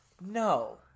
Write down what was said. no